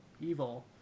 evil